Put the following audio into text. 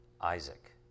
Isaac